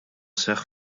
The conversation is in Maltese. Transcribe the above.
seħħ